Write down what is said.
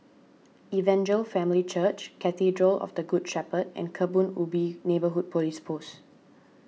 Evangel Family Church Cathedral of the Good Shepherd and Kebun Ubi Neighbourhood Police Post